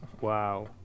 Wow